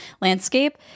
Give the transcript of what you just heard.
landscape